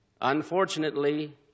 Unfortunately